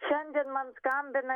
šiandien man skambina